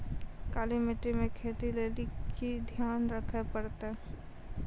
काली मिट्टी मे खेती लेली की ध्यान रखे परतै?